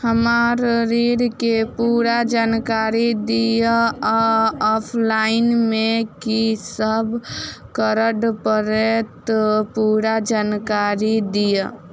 हम्मर ऋण केँ पूरा जानकारी दिय आ ऑफलाइन मे की सब करऽ पड़तै पूरा जानकारी दिय?